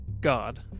God